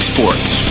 Sports